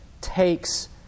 ...takes